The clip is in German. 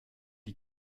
die